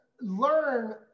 learn